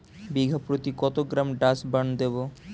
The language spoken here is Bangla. বিঘাপ্রতি কত গ্রাম ডাসবার্ন দেবো?